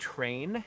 Train